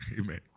Amen